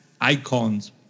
icons